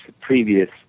previous